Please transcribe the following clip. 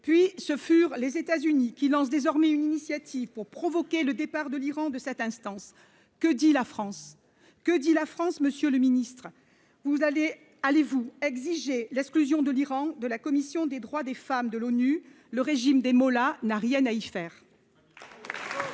puis ce furent les États-Unis qui lance désormais une initiative pour provoquer le départ de l'Iran de cette instance, que dit la France, que dit la France Monsieur le Ministre, vous allez allez vous exigé l'exclusion de l'Iran de la commission des droits des femmes de l'ONU, le régime des mollahs n'a rien à y faire.